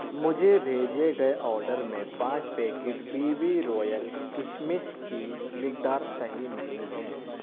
مجھے بھیجے گئے آڈر میں پانچ پیکٹ بی بی رویل کشمش کی مقدار صحیح نہیں ہے